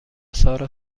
سارا